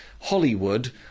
hollywood